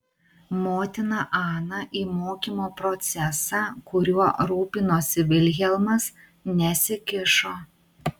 motina ana į mokymo procesą kuriuo rūpinosi vilhelmas nesikišo